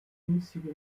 günstige